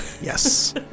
Yes